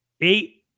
eight